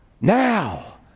Now